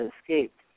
escaped